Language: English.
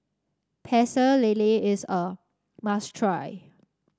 Pecel Lele is a must try